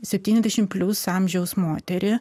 septyniasdešim plius amžiaus moterį